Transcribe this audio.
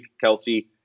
Kelsey